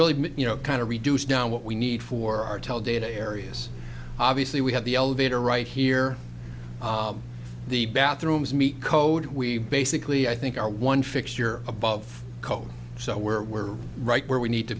really you know kind of reduce down what we need for our tell data areas obviously we have the elevator right here the bathrooms meet code we basically i think are one fix your above code so where we're right where we need to